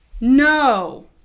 No